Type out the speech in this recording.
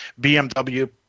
BMW